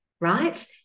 right